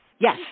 Yes